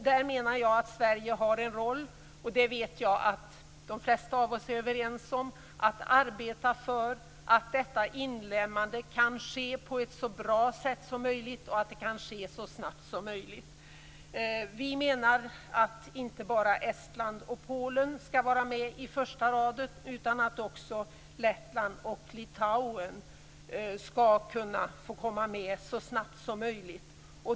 Där menar jag att Sverige har en roll, och jag vet att de flesta av oss är överens om att vi skall arbeta för att detta inlemmande kan ske på ett så bra sätt som möjligt och så snabbt som möjligt. Vi menar att inte bara Estland och Polen skall vara med i första raden, utan att också Lettland och Litauen skall kunna få komma med så snabbt som möjligt.